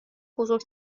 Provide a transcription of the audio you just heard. بزرگ